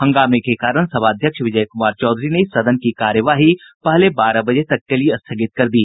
हंगामे के कारण सभाध्यक्ष विजय कुमार चौधरी ने सदन की कार्यवाही पहले बारह बजे तक के लिये स्थगित कर दी